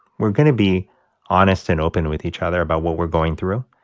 we're going to be honest and open with each other about what we're going through.